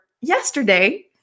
yesterday